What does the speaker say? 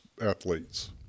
athletes